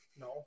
No